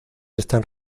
están